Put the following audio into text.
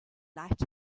light